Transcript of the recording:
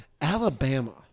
Alabama